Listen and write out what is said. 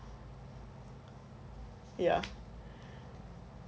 ya